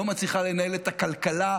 לא מצליחה לנהל את הכלכלה,